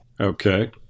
Okay